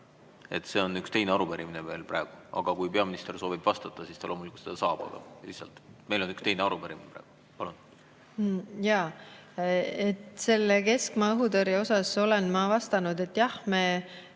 See on üks teine arupärimine meil praegu. Aga kui peaminister soovib vastata, siis ta loomulikult saab seda teha. Lihtsalt et meil on üks teine arupärimine praegu. Palun! Jaa, selle keskmaa‑õhutõrje kohta olen ma vastanud, et jah, me